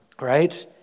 Right